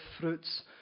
fruits